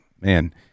man